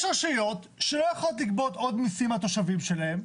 יש רשויות שלא יכולות לגבות עוד מיסים מהתושבים שלהן,